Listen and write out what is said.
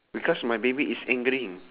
because my baby is angering